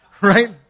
Right